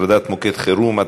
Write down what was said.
(הטרדת מוקד חירום),